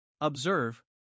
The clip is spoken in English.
Observe